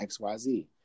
XYZ